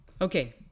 Okay